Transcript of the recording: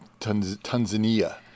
Tanzania